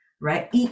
right